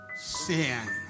sin